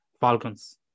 Falcons